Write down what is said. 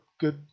good